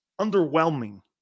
underwhelming